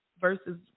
versus